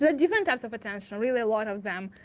ah different types of attention, really a lot of them,